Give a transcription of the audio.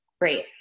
great